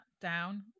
down